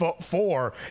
four